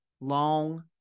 long